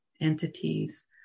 entities